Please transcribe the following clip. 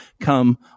come